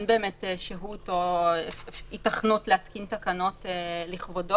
באמת שהות או היתכנות להתקין תקנות לכבודו,